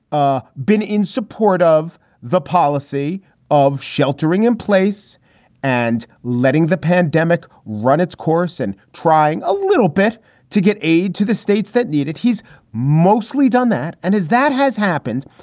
ah been in support of the policy of sheltering in place and letting the pandemic its course and trying a little bit to get aid to the states that need it. he's mostly done that. and is that has happened.